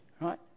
right